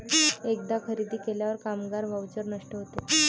एकदा खरेदी केल्यावर कामगार व्हाउचर नष्ट होते